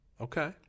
Okay